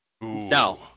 No